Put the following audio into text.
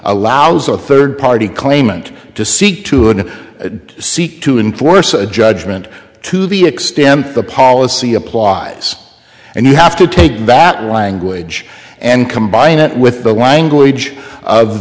allows a third party claimant to seek to and seek to enforce a judgment to the extent the policy applies and you have to take that language and combine it with the language of